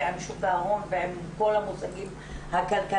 על שוק ההון עם כל המושגים הכלכליים,